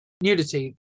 Nudity